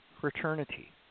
fraternity